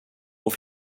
och